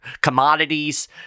commodities